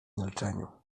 milczeniu